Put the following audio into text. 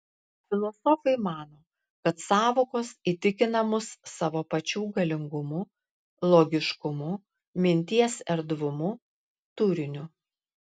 filosofai mano kad sąvokos įtikina mus savo pačių galingumu logiškumu minties erdvumu turiniu